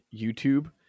YouTube